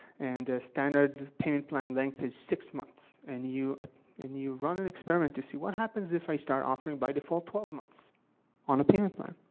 and the standard payment-plan length is six months, and you and you run an experiment to see, what happens if i start offering, by default, twelve months on a payment plan.